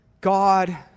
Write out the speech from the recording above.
God